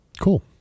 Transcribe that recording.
Cool